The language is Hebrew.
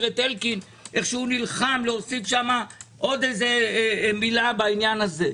את אלקין איך נלחם להוסיף שם עוד מילה בעניין הזה.